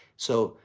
so,